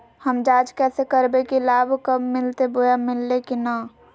हम जांच कैसे करबे की लाभ कब मिलते बोया मिल्ले की न?